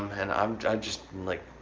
um and um i just am like,